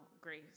grace